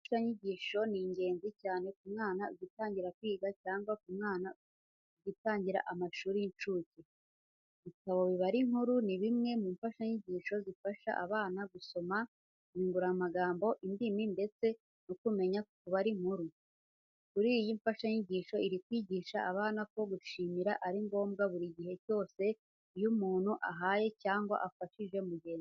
Imfashanyigisho ni ingenzi cyane ku mwana ugitangira kwiga cyangwa ku mwana ugitangira amashuri y'inshuke. Ibitabo bibara inkuru ni bimwe mu mfashanyigisho zifasha abana gusoma, inyunguramagambo, indimi ndetse no kumenya kubara inkuru. Kuri iyi mfashanyigisho iri kwigisha abana ko gushimira ari ngombwa buri gihe cyose iyo umuntu ahaye cyangwa afashije mugenzi we.